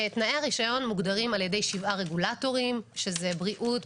תנאי הרישיון מוגדרים על ידי שבעה רגולטורים שהם בריאות,